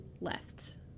left